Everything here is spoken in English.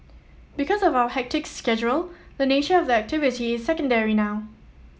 because of our hectic schedule the nature of the activity is secondary now